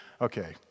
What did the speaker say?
Okay